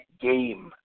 game